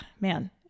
man